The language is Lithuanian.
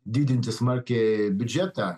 didinti smarkiai biudžetą